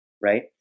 right